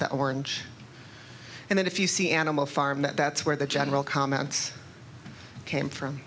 to orange and then if you see animal farm that's where the general comments came from